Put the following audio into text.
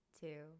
two